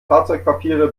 fahrzeugpapiere